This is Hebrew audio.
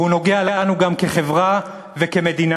והוא נוגע לנו גם כחברה וכמדינה,